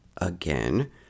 again